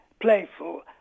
playful